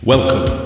Welcome